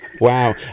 Wow